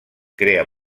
crea